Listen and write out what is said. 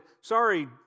sorry